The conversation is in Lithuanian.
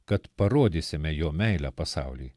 kad parodysime jo meilę pasauliui